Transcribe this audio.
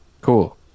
Cool